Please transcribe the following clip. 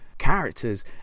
Characters